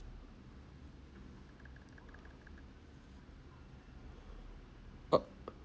oh